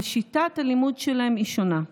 אבל שיטת הלימוד שלהם היא שונה.